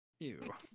Ew